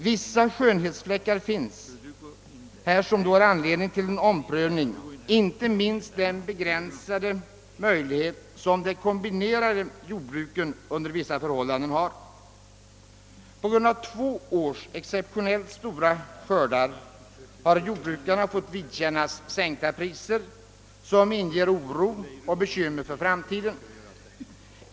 Vissa skönhetsfläckar finns dock, som ger anledning till en omprövning, inte minst de begränsade möjligheter som de kombinerade jordbruken under vissa förhållanden har. På grund av två års exceptionellt stora skördar har jordbrukarna fått vidkännas sänkta priser som inger oro och bekymmer för framtiden.